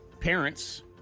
parents